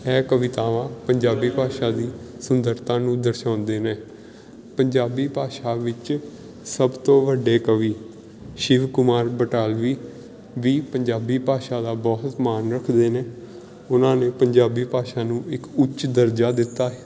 ਇਹ ਕਵਿਤਾਵਾਂ ਪੰਜਾਬੀ ਭਾਸ਼ਾ ਦੀ ਸੁੰਦਰਤਾ ਨੂੰ ਦਰਸਾਉਂਦੇ ਨੇ ਪੰਜਾਬੀ ਭਾਸ਼ਾ ਵਿੱਚ ਸਭ ਤੋਂ ਵੱਡੇ ਕਵੀ ਸ਼ਿਵ ਕੁਮਾਰ ਬਟਾਲਵੀ ਵੀ ਪੰਜਾਬੀ ਭਾਸ਼ਾ ਦਾ ਬਹੁਤ ਮਾਣ ਰੱਖਦੇ ਨੇ ਉਹਨਾਂ ਨੇ ਪੰਜਾਬੀ ਭਾਸ਼ਾ ਨੂੰ ਇੱਕ ਉੱਚ ਦਰਜਾ ਦਿੱਤਾ